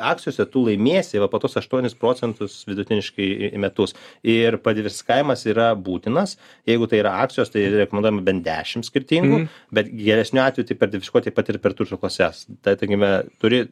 akcijose tu laimėsi va po tuos aštuonis procentus vidutiniškai į metus ir padivirsikavimas yra būtinas jeigu tai yra akcijos tai rekomenduojama ben dešim skirtingų bet geresniu atveju tai padivirsikuot taip pat ir per turto klases tarkime turi